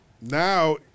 Now